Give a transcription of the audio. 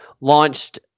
launched